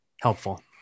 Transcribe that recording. helpful